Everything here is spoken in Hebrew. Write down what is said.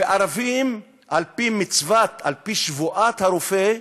וערבים, על-פי שבועת הרופא,